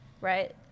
right